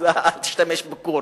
אז אל תשתמש ב"קור".